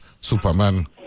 Superman